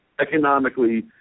economically